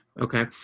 Okay